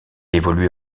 évoluait